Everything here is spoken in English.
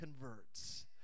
converts